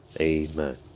Amen